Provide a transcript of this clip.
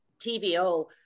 TVO